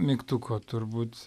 mygtuko turbūt